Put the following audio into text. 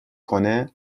کنه